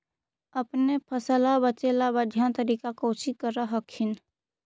अपने फसलबा बचे ला बढ़िया तरीका कौची कर हखिन?